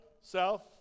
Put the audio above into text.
South